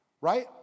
right